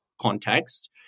context